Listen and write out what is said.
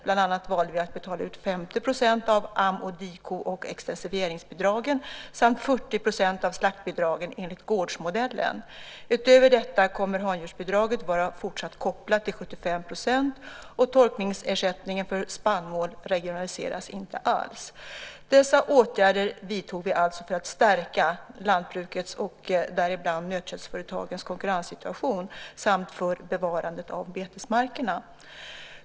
Bland annat valde vi att betala ut 50 % av am-, diko och extensifieringsbidragen samt 40 % av slaktbidragen enligt gårdsmodellen. Utöver detta kommer handjursbidraget vara fortsatt kopplat till 75 %, och torkningsersättningen för spannmål regionaliseras inte alls. Dessa åtgärder vidtog vi alltså för att stärka lantbrukets och däribland nötköttsföretagens konkurrenssituation samt för bevarandet av betesmarkerna.